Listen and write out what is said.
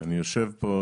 אני יושב פה,